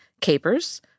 capers